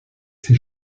ses